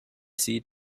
sie